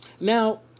Now